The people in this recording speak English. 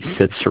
sits